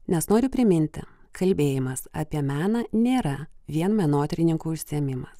nes noriu priminti kalbėjimas apie meną nėra vien menotyrininkų užsiėmimas